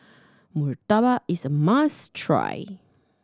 Murtabak is a must try